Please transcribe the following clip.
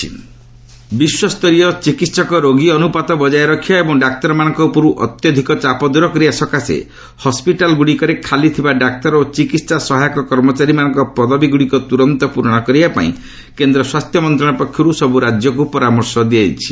LS health ministry ବିଶ୍ୱସ୍ତରୀୟ ଚିକିତ୍ସକ ଓ ରୋଗୀ ଅନୁପାତ ବଜାୟ ରଖିବା ଏବଂ ଡାକ୍ତରମାନଙ୍କ ଉପରୁ ଅତ୍ୟଧିକ ଚାପ ଦୂର କରିବା ସକାଶେ ହସ୍କିଟାଲ୍ଗ୍ରଡ଼ିକରେ ଖାଲିଥିବା ଡାକ୍ତର ଓ ଚିକସ୍ଥା ସହାୟକ କର୍ମଚାରୀମାନଙ୍କ ପଦବୀଗୁଡ଼ିକ ତୁରନ୍ତ ପୂରଣ କରିବାପାଇଁ କେନ୍ଦ୍ର ସ୍ୱାସ୍ଥ୍ୟ ମନ୍ତ୍ରଣାଳୟ ପକ୍ଷରୁ ସବୁ ରାଜ୍ୟକୁ ପରାମର୍ଶ ଦିଆଯାଇଛି